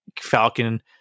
Falcon